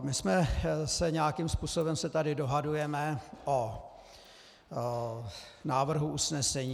My se nějakým způsobem tady dohadujeme o návrhu usnesení.